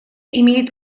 имеет